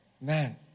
Man